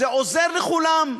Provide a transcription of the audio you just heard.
זה עוזר לכולם.